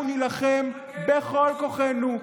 אנחנו נילחם בכל כוחנו,